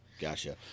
Gotcha